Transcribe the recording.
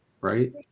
Right